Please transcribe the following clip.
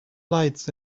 lights